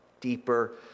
deeper